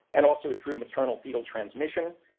and also through maternal-fetal transmission,